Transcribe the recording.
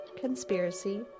conspiracy